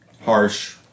harsh